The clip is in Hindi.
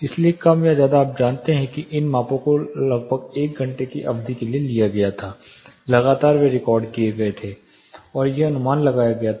इसलिए कम या ज्यादा आप जानते हैं कि इन मापों को लगभग एक घंटे की अवधि के लिए लिया गया था लगातार वे रिकॉर्ड किए जाते हैं और यह अनुमान लगाया गया था